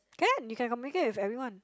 can you can communicate with everyone